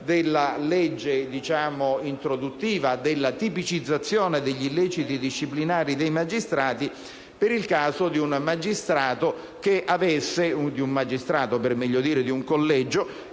della legge introduttiva della tipicizzazione degli illeciti disciplinari dei magistrati, relativa al caso di un magistrato, o per meglio dire di un collegio,